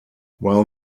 well